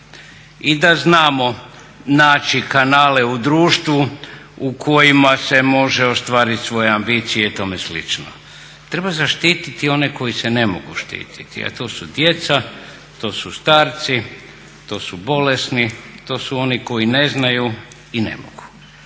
i da znamo naći kanale u društvu u kojima se može ostvariti svoje ambicije i tome slično. Treba zaštititi one koji se ne mogu štititi, a to su djeca, to su starci, to su bolesni, to su oni koji ne znaju i ne mogu.